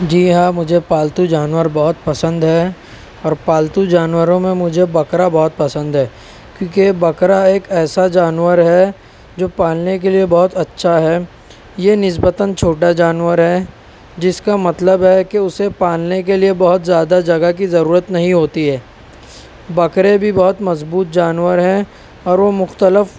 جی ہاں مجھے پالتو جانور بہت پسند ہیں اور پالتو جانوروں میں مجھے بکرا بہت پسند ہے کیونکہ بکرا ایک ایسا جانور ہے جو پالنے کے لیے بہت اچھا ہے یہ نسبتاً چھوٹا جانور ہے جس کا مطلب ہے کہ اسے پالنے کے لیے بہت زیادہ جگہ کی ضرورت نہیں ہوتی ہے بکرے بھی بہت مضبوط جانور ہیں اور وہ مختلف